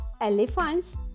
elephants